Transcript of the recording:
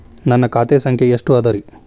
ನನ್ನ ಖಾತೆ ಸಂಖ್ಯೆ ಎಷ್ಟ ಅದರಿ?